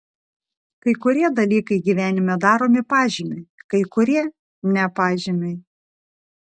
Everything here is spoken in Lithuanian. kai kurie dalykai gyvenime daromi pažymiui kai kurie ne pažymiui